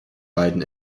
beiden